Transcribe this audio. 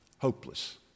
Hopeless